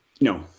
No